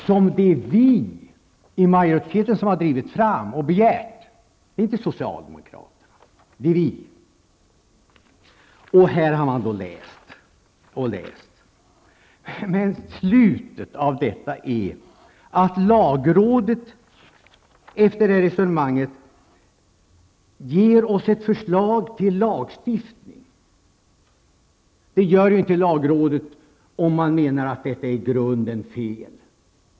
Det är vi i majoriteten som begärt remissen -- inte socialdemokraterna. Vi har nu läst och läst. Men slutsatsen av detta är, att lagrådet ger oss ett förslag till lagstiftning. Det skulle inte lagrådet göra om man där ansåg att detta förslag i grunden är fel.